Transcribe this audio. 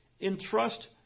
entrust